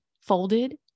folded